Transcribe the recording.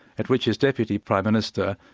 at which his deputy prime minister,